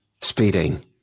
Speeding